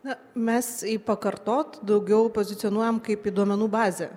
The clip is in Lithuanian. na mes į pakartot daugiau pozicionuojam kaip į duomenų bazę